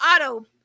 auto